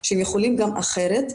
שהם יכולים גם אחרת,